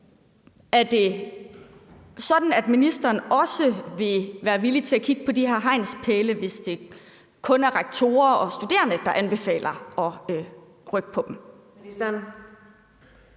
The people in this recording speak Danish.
Er det sådan, at ministeren også vil være villig til at kigge på de her hegnspæle, hvis det kun er rektorer og studerende, der anbefaler at rykke på dem?